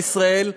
בישראל,